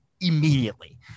immediately